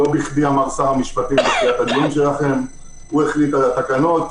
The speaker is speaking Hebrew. לא בכדי אמר שר המשפטים שהוא החליט על התקנות,